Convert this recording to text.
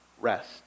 rest